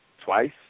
Twice